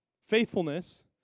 Faithfulness